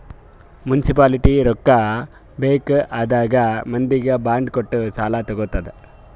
municipality ರೊಕ್ಕಾ ಬೇಕ್ ಆದಾಗ್ ಮಂದಿಗ್ ಬಾಂಡ್ ಕೊಟ್ಟು ಸಾಲಾ ತಗೊತ್ತುದ್